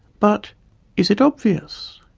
but is it obvious?